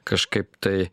kažkaip tai